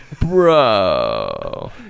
bro